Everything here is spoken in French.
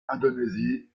indonésie